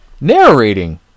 narrating